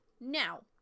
Now